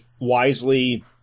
wisely